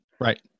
Right